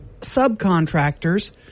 subcontractors